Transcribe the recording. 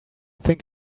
think